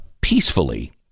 peacefully